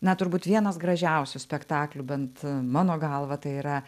na turbūt vienas gražiausių spektaklių bent mano galva tai yra